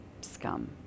scum